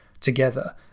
together